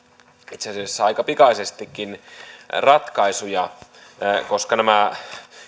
itse asiassa aika pikaisestikin ratkaisuja koska nämä